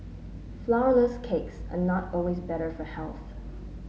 flourless cakes are not always better for health